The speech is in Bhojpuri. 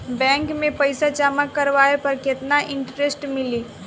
बैंक में पईसा जमा करवाये पर केतना इन्टरेस्ट मिली?